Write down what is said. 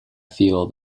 feel